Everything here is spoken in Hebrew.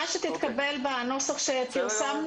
אבי, התייחסות שלך.